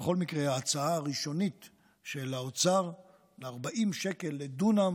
בכל מקרה, ההצעה הראשונית של האוצר ל-40 שקל לדונם